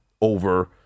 over